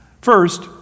First